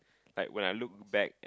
like when I look back